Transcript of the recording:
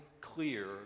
clear